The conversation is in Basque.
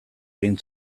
egin